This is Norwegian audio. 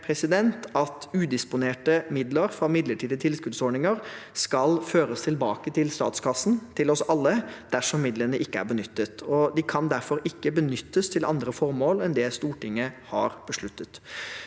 at udisponerte midler fra midlertidige tilskuddsordninger skal føres tilbake til statskassen, til oss alle, dersom midlene ikke er benyttet. De kan derfor ikke benyttes til andre formål enn det Stortinget har besluttet.